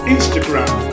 Instagram